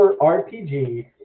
RPG